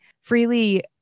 Freely